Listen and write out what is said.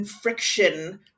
friction